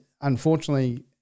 unfortunately